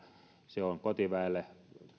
se on kotiväelle ja